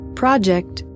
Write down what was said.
project